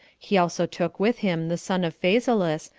he also took with him the son of phasaelus,